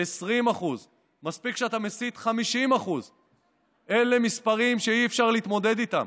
20%; מספיק שאתה מסית 50% אלה מספרים שאי-אפשר להתמודד איתם,